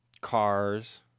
Cars